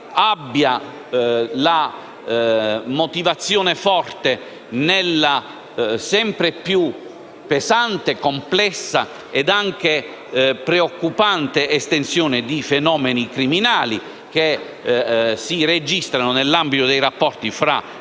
abbia una forte motivazione nella sempre più pesante, complessa e preoccupante estensione dei fenomeni criminali che si registrano nell'ambito dei rapporti tra